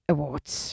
Awards